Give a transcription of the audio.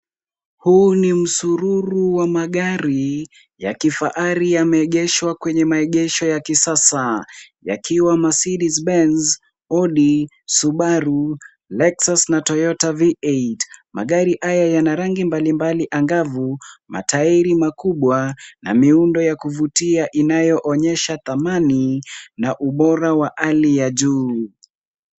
Huu ni msururu wa magari ya kifahari yameegeshwa kwenye maegesho ya kisasa. Yakiwa Mercedes Benz, Audi , Subaru, Lexus na Toyota V8. Magari haya yana rangi mbalimbali angavu, matairi makubwa na miundo ya kuvutia inayoonyesha thamani na ubora wa hali ya juu.